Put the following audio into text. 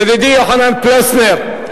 ידידי יוחנן פלסנר,